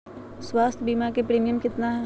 स्वास्थ बीमा के प्रिमियम कितना है?